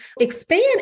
Expand